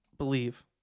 Believe